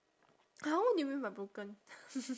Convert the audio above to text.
!huh! what do you mean by broken